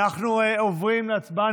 אנחנו עוברים להצבעה.